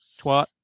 twat